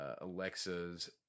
Alexa's